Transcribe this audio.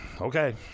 okay